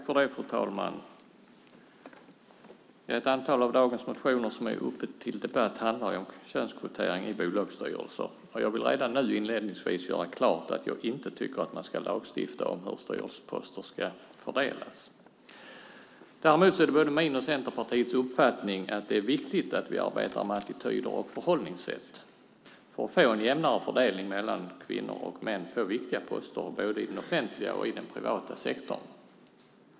Fru talman! Ett antal av dagens motioner som är uppe till debatt handlar om könskvotering i bolagsstyrelser. Jag vill redan nu inledningsvis göra klart att jag inte tycker att man ska lagstifta om hur styrelseposter ska fördelas. Däremot är det både min och Centerpartiets uppfattning att det är viktigt att vi arbetar med attityder och förhållningssätt för att få en jämnare fördelning mellan kvinnor och män på viktiga poster, både i den offentliga och i den privata sektorn.